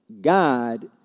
God